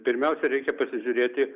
pirmiausia reikia pasižiūrėti